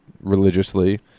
religiously